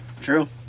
true